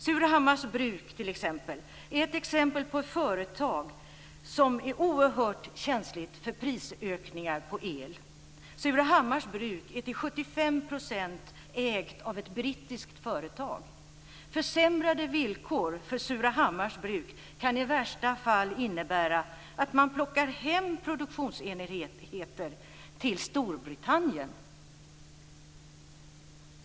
Surahammars bruk är ett exempel på ett företag som är oerhört känsligt för prisökningar på el. Surahammars bruk är till 75 % ägt av ett brittiskt företag. Försämrade villkor för Surahammars bruk kan i värsta fall innebära att man plockar hem produktionsenheter till Storbritannien.